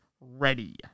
ready